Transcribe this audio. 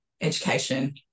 education